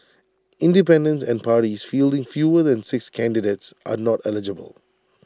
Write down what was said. independents and parties fielding fewer than six candidates are not eligible